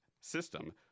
system